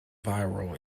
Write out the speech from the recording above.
viral